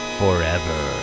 forever